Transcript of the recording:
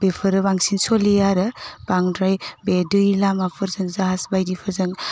बेफोरो बांसिन सलियो आरो बांद्राय बे दै लामाफोरजों जाहाज बायदिफोरजों